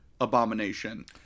abomination